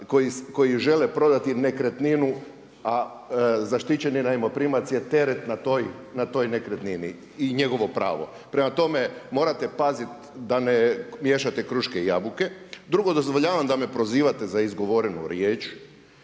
koji žele prodati nekretninu a zaštićeni najmoprimac je teret na toj nekretnini i njegovo pravo. Prema tome, morate paziti da ne miješate kruške i jabuke. Drugo, dozvoljavam da me prozivate za izgovorenu riječ,